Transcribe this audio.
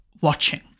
watching